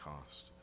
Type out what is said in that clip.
cost